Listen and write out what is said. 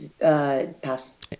Pass